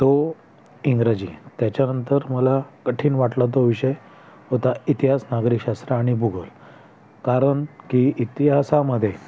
तो इंग्रजी त्याच्यानंतर मला कठीण वाटला तो विषय होता इतिहास नागरिकशास्त्र आणि भूगोल कारण की इतिहासामधे